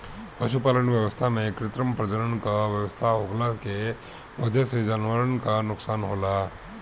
पशुपालन व्यवस्था में कृत्रिम प्रजनन क व्यवस्था होखला के वजह से जानवरन क नोकसान होला